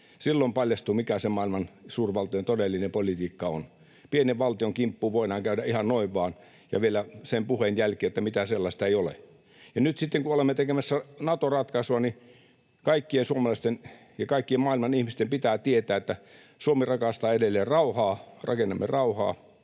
Silloin paljastui, mikä maailman suurvaltojen todellinen politiikka on. Pienen valtion kimppuun voidaan käydä ihan noin vain, ja vielä sen puheen jälkeen, että mitään sellaista ei ole. Ja nyt sitten, kun olemme tekemässä Nato-ratkaisua, niin kaikkien suomalaisten ja kaikkien maailman ihmisten pitää tietää, että Suomi rakastaa edelleen rauhaa, rakennamme rauhaa,